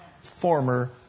former